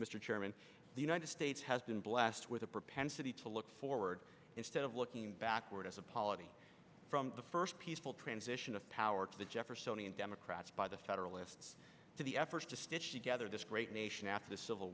chairman the united states has been blessed with a propensity to look forward instead of looking backward as apology from the first peaceful transition of power to the jeffersonian democrats by the federalists to the efforts to stitch together this great nation after the civil